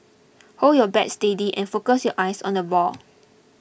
hold your bat steady and focus your eyes on the ball